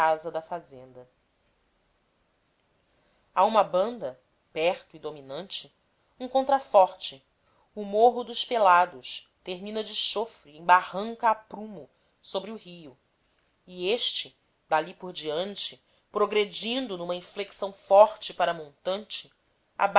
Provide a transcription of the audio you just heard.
a antiga casa da fazenda a uma banda perto e dominante um contraforte o morro dos pelados termina de chofre em barranca a prumo sobre o rio e este dali por diante progredindo numa inflexão forte para montante